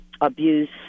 abuse